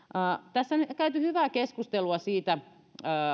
tässä on käyty hyvää keskustelua siitä